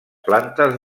plantes